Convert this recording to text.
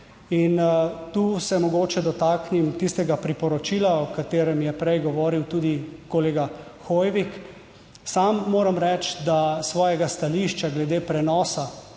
In tu se mogoče dotaknem tistega priporočila, o katerem je prej govoril tudi kolega Hoivik. Sam moram reči, da svojega stališča glede prenosa